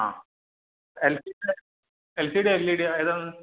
ആ L C ഡിയാണോ L E ഡിയാണോ ഏതാണ്